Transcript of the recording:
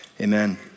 Amen